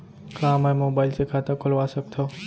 का मैं मोबाइल से खाता खोलवा सकथव?